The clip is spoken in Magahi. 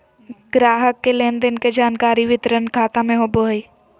ग्राहक के लेन देन के जानकारी वितरण खाता में होबो हइ